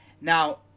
now